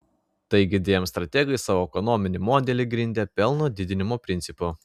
taigi dm strategai savo ekonominį modelį grindė pelno didinimo principu